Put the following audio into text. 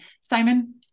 Simon